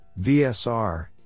VSR